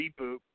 reboot